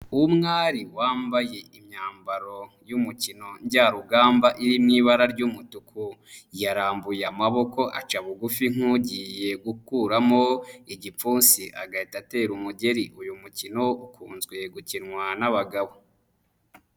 Umwari wambaye imyambaro y'umukino njyarugamba iri mu ibara ry'umutuku, yarambuye amaboko aca bugufi nk'ugiye gukuramo igipfunsi agahita atera umugeri. Uyu mukino ukunzwe gukinwa n'abagabo.